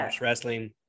Wrestling